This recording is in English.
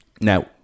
Now